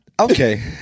okay